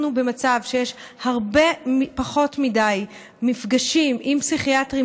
אנחנו במצב שיש פחות מדי מפגשים של פסיכיאטרים